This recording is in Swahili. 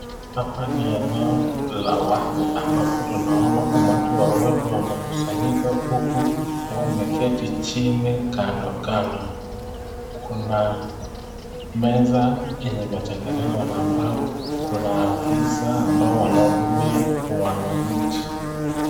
Hapa ni eneo la wazi ambapo tunaona umati wa watu ambao wamekusanyika huku wameketi chini kando kando. Kuna meza yenye imetengenezwa na mbao kuna afisa ambao wanahudumia wananchi